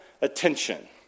attention